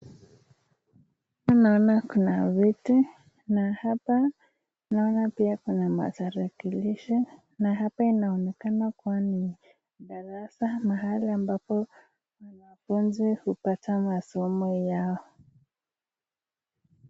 Mimi naona kuna viti na hapa naona pia kuna matarakilishi na hapa kunaonekana kuwa ni darasa mahali ambapo wanafunzi hupata masomo yao.